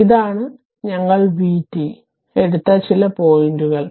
ഇതാണ് ഞങ്ങൾ VT എടുത്ത ചില പോയിൻറുകൾ